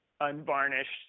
unvarnished